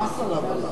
המס עליו עלה.